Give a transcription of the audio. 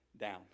down